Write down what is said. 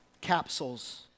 capsules